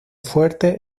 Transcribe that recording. fuerte